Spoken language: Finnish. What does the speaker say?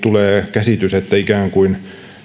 käsitys että ikään kuin tämä